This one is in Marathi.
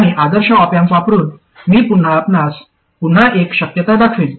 आणि आदर्श ऑप अँप वापरुन मी पुन्हा आपणास पुन्हा एक शक्यता दाखवीन